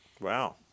Wow